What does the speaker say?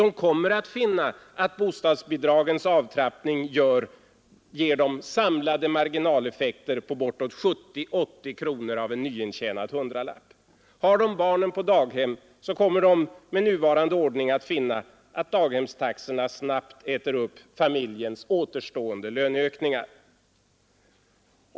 De kommer att finna att bostadsbidragens avtrappning ger dem samlade marginaleffekter på bortåt 70—80 kronor av en nyintjänad hundralapp. Har de barnen på daghem kommer de, med nuvarande ordning, att finna att ökningen av daghemstaxorna snabbt äter upp familjens återstående löneökningar.